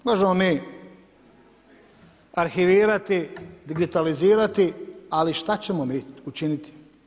Možemo mi arhivirati, digitalizirati, ali šta ćemo mi učiniti?